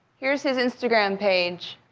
here's his instagram page.